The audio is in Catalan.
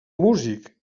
músic